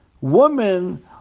woman